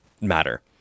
matter